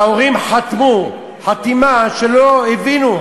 וההורים חתמו חתימה כשלא הבינו,